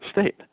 state